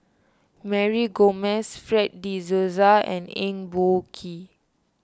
Mary Gomes Fred De Souza and Eng Boh Kee